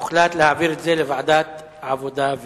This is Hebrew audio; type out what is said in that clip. הוחלט להעביר את הנושא לוועדת העבודה,